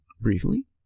briefly